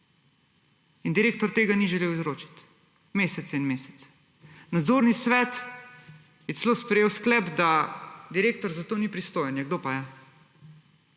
In direktor tega ni želel izročiti mesece in mesece. Nadzorni svet je celo sprejel sklep, da direktor za to ni pristojen. Ja, kdo pa je,